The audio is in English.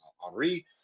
Henri